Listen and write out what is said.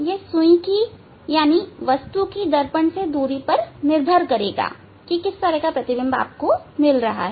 यह सुई की मतलब वस्तु की दर्पण से दूरी पर निर्भर करेगा